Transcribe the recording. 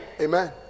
Amen